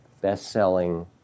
best-selling